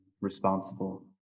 responsible